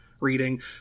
reading